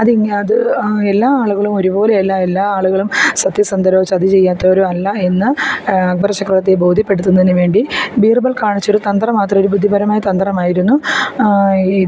അത് ഇങ്ങനെ അത് എല്ലാ ആളുകളും ഒരുപോലെയല്ല എല്ലാ ആളുകളും സത്യസന്ധരോ ചതി ചെയ്യാത്തവരോ അല്ല എന്ന് അക്ബര് ചക്രവര്ത്തിയെ ബോധ്യപ്പെടുത്തുന്നതിന് വേണ്ടി ബീര്ബല് കാണിച്ചൊരു തന്ത്രം മാത്രമാണ് ഒരു ബുദ്ധിപരമായ തന്ത്രമായിരുന്നു ഇത്